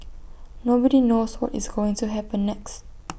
nobody knows what is going to happen next